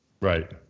Right